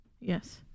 Yes